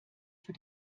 für